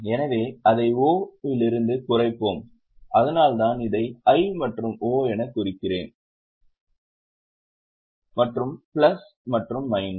எனவே அதை O இலிருந்து குறைப்போம் அதனால்தான் இதை I மற்றும் O எனக் குறிக்கிறேன் மற்றும் பிளஸ் மற்றும் மைனஸ்